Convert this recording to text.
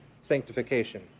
Sanctification